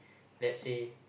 let's say